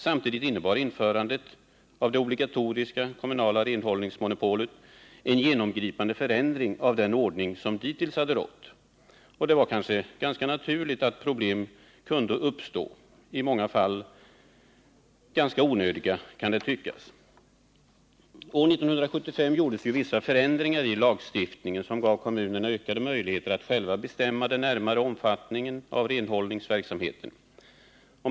Samtidigt innebar införandet av det obligatoriska kommunala renhållningsmonopolet en genomgripande förändring av den ordning som dittills hade rått. Det var kanske naturligt att problem uppstod — i många fall ganska onödiga, kan det tyckas. År 1975 gjordes ju vissa förändringar i lagstiftningen, som gav kommunerna ökade möjligheter att själva bestämma den närmare omfattningen av renhållningsverksamheten.